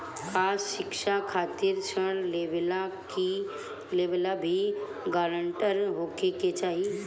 का शिक्षा खातिर ऋण लेवेला भी ग्रानटर होखे के चाही?